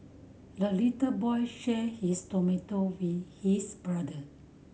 the little boy shared his tomato with his brother